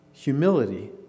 Humility